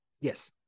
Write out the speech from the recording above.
Yes